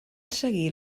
seguir